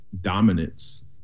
dominance